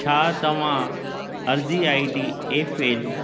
छा तव्हां अर्ज़ी आई डी एफ एल